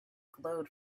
glowed